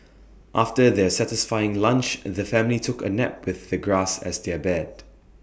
after their satisfying lunch the family took A nap with the grass as their bed